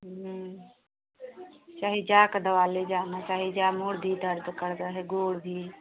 चाहे जा का दवा ले जाना चाहे जा मूड़ भी दर्द कर रहा है गोड भी